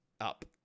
up